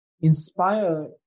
inspire